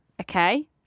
Okay